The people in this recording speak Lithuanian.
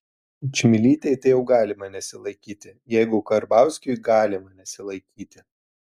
čmilytei tai jau galima nesilaikyti jeigu karbauskiui galima nesilaikyti